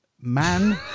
Man